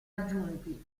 aggiunti